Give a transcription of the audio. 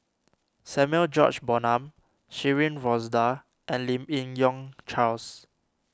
Samuel George Bonham Shirin Fozdar and Lim Yi Yong Charles